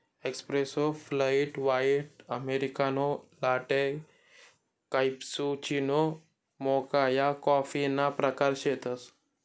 espresso, flat white, americano, latte, cappuccino, mocha या कॉफीना प्रकार शेतसं